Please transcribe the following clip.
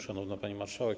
Szanowna Pani Marszałek!